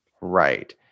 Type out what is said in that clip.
Right